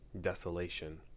desolation